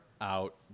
out